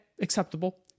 acceptable